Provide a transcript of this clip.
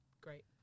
great